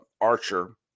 Archer